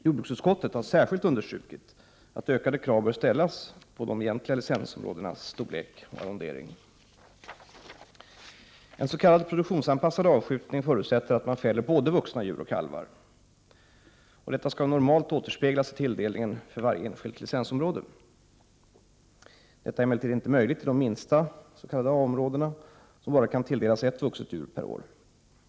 Jordbruksutskottet har särskilt understrukit att ökade krav bör ställas på de egentliga licensområdenas storlek och arrondering. En s.k. produktionsanpassad avskjutning förutsätter att man fäller både vuxna djur och kalvar. Detta skall normalt återspeglas i tilldelningen för varje enskilt licensområde. Detta är emellertid inte möjligt i de minsta s.k. A-områdena, som bara kan tilldelas ett vuxet djur per år.